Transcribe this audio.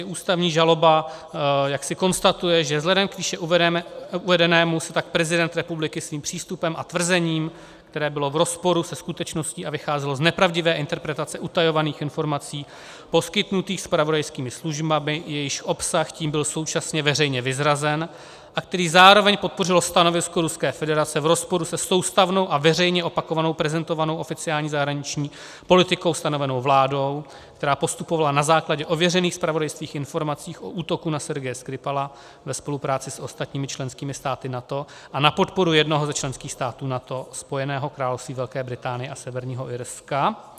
Ústavní žaloba jaksi konstatuje, že vzhledem k výše uvedenému se tak prezident republiky svým přístupem a tvrzením, které bylo v rozporu se skutečností a vycházelo z nepravdivé interpretace utajovaných informací poskytnutých zpravodajskými službami, jejíž obsah tím byl současně veřejně vyzrazen a který zároveň podpořilo stanovisko Ruské federace v rozporu se soustavnou a veřejně opakovanou, prezentovanou oficiální zahraniční politikou stanovenou vládou, která postupovala na základě ověřených zpravodajských informací o útoku na Sergeje Skripala ve spolupráci s ostatními členskými státy NATO a na podporu jednoho ze členských států NATO Spojeného království Velké Británie a Severního Irska.